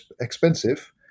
expensive